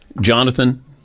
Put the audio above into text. Jonathan